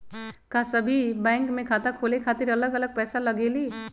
का सभी बैंक में खाता खोले खातीर अलग अलग पैसा लगेलि?